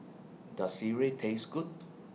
Does Sireh Taste Good